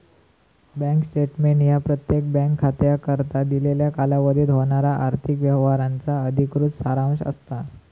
bank statement ह्या प्रत्येक bank खात्याकरता दिलेल्या कालावधीत होणारा आर्थिक व्यवहारांचा अधिकृत सारांश असता